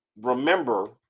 remember